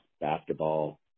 basketball